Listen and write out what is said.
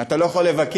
ואתה לא יכול לבקש,